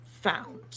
found